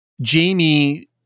Jamie